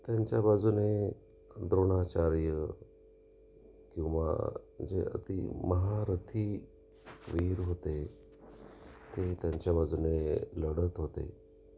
त्यांच्या बाजूने द्रोणाचार्य किंवा जे अति महारथी वीर होते ते त्यांच्या बाजूने लढत होते